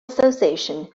association